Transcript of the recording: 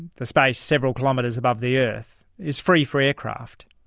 the space several kilometres above the earth, is free for aircraft.